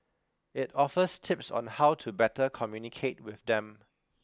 it offers tips on how to better communicate with them